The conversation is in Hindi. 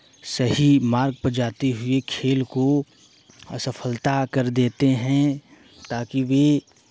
सही मार्ग पर जाते हुए खेल को असफलता कर देते हैं ताकि वे